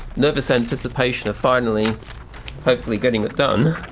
nervous anticipation of finally hopefully getting it done.